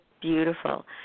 Beautiful